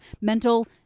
mental